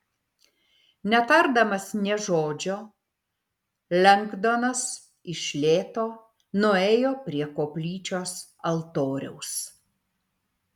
netardamas nė žodžio lengdonas iš lėto nuėjo prie koplyčios altoriaus